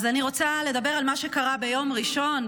אני רוצה לדבר על מה שקרה ביום ראשון,